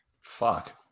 Fuck